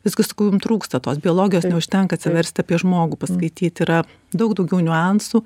viskas ko jum trūksta tos biologijos neužtenka atsiversti apie žmogų paskaityti yra daug daugiau niuansų